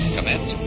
Commence